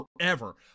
forever